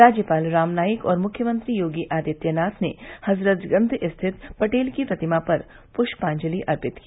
राज्यपाल राम नाईक और मुख्यमंत्री योगी आदित्यनाथ ने हजरतगंज स्थित श्री पटेल की प्रतिमा पर प्ष्पांजलि अर्पित की